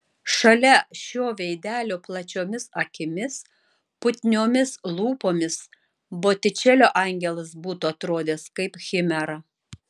šalia šio veidelio plačiomis akimis putniomis lūpomis botičelio angelas būtų atrodęs kaip chimera